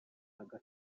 n’ubwa